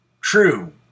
True